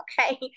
Okay